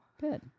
Good